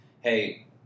Hey